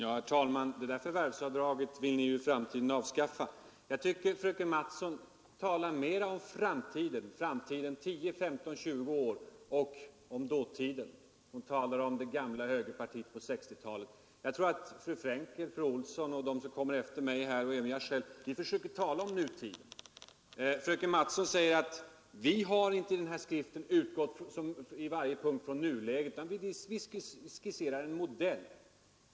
Herr talman! Det förvärvsavdraget vill ni ju avskaffa i framtiden. Fröken Mattson talar mera om den framtid som ligger 10, 15 eller 20 år framåt och om en förfluten tid, då hon talar om det ”gamla högerpartiet” på 1960-talet. Jag tror att fru Frenkel och fru Olsson och de som kommer efter mig här försöker tala om nutiden liksom även jag själv. Fröken Mattson säger: Vi har inte i den här skriften i varje punkt utgått från nuläget, utan vi skisserar en modell.